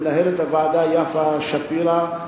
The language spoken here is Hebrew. למנהלת הוועדה יפה שפירא,